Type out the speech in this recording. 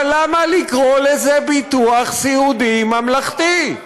אבל למה לקרוא לזה ביטוח סיעודי ממלכתי?